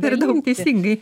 per daug teisingai